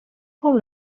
fou